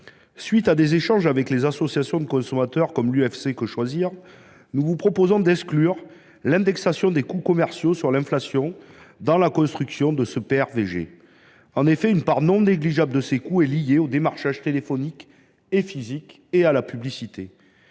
suite de nos échanges avec plusieurs associations de consommateurs, parmi lesquelles l’UFC Que Choisir, nous vous proposons d’exclure l’indexation des coûts commerciaux sur l’inflation de la construction du PRVG. En effet, une part non négligeable de ces coûts est imputable aux démarchages téléphonique et physique, ainsi qu’à la publicité.